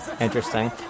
Interesting